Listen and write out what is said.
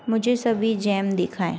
मुझे सभी जैम दिखाएँ